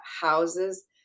houses